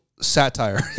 satire